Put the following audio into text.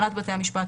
הנהלת בתי המשפט,